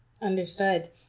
Understood